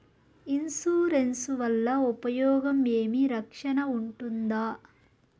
Insurance వల్ల ఉపయోగం ఏమి? రక్షణ ఉంటుందా?